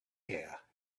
here